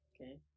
Okay